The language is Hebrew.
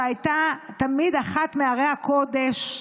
שהייתה תמיד אחת מערי הקודש,